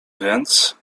więc